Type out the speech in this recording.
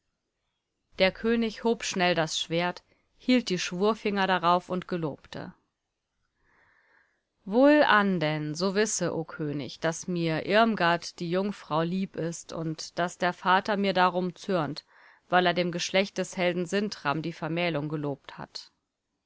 der könig hob schnell das schwert hielt die schwurfinger darauf und gelobte wohlan denn so wisse o könig daß mir irmgard die jungfrau lieb ist und daß der vater mir darum zürnt weil er dem geschlecht des helden sintram die vermählung gelobt hat